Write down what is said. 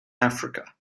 africa